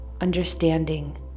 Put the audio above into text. understanding